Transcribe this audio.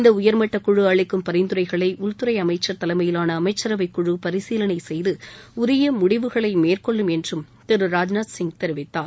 இந்த உயர்மட்ட குழு அளிக்கும் பரிந்துரைகளை உள்துறை அமைச்சர் தலைமையிலாள அமைச்சரவை குழு பரிசீலனை செய்து உரிய முடிவுகளை மேற்கொள்ளும் என்று திரு ராஜ்நாத் சிங் தெரிவித்தார்